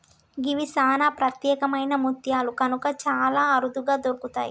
గివి సానా ప్రత్యేకమైన ముత్యాలు కనుక చాలా అరుదుగా దొరుకుతయి